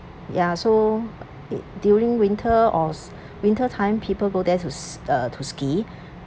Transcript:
ya so during winter was winter time people go there to uh to ski